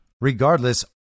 Regardless